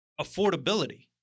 affordability